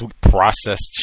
processed